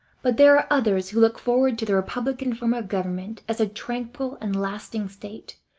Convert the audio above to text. but there are others who look forward to the republican form of government as a tranquil and lasting state,